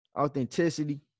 authenticity